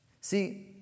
See